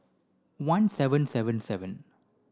one seven seven seven